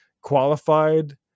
qualified